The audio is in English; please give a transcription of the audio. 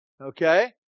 Okay